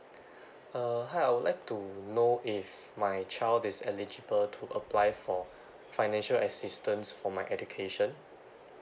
uh hi I would like to know if my child is eligible to apply for financial assistance for my education